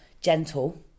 gentle